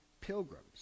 pilgrims